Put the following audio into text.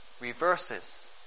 reverses